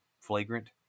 flagrant